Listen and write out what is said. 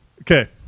Okay